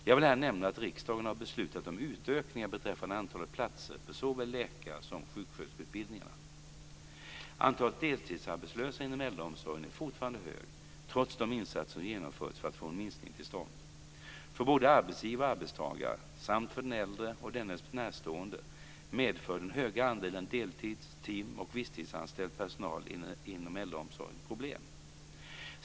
Jag vill här nämna att riksdagen har beslutat om utökningar beträffande antalet platser på såväl läkar som sjuksköterskeutbildningarna. Antalet deltidsarbetslösa inom äldreomsorgen är fortfarande högt trots de insatser som genomförts för att få en minskning till stånd. För både arbetsgivare och arbetstagare samt för den äldre och dennes närstående medför den höga andelen deltids-, tim och visstidsanställd personal inom äldreomsorgen problem.